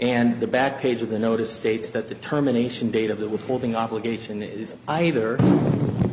and the back page of the notice states that determination date of the withholding obligation is either